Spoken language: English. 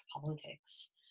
politics